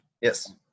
Yes